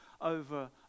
over